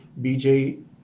BJ